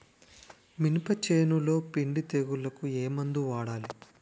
మినప చేనులో పిండి తెగులుకు ఏమందు వాడాలి?